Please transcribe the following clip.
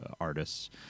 artists